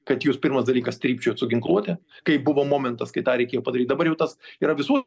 kad jūs pirmas dalykas trypčiojat su ginkluote kai buvo momentas kai tą reikėjo padaryt dabar jau tas yra visų